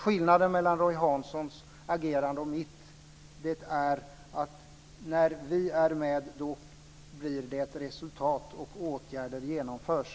Skillnaden mellan Roy Hanssons agerande och mitt är att när vi är med blir det resultat och åtgärder genomförs.